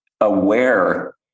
aware